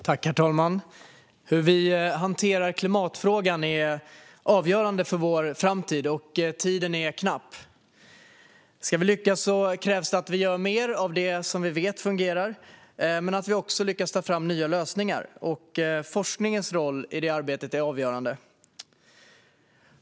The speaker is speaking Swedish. Herr talman! Hur vi hanterar klimatfrågan är avgörande för vår framtid, och tiden är knapp. Ska vi lyckas krävs att vi gör mer av det som vi vet fungerar men också att vi lyckas ta fram nya lösningar, och forskningens roll i detta arbete är avgörande.